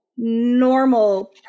normal